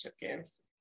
games